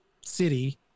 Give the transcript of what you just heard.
city